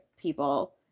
people